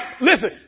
listen